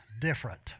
Different